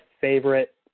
favorite